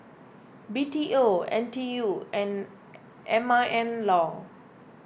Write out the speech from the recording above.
B T O N T U and M I N Law